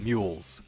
Mules